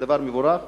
זה דבר מבורך.